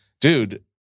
dude